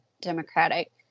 Democratic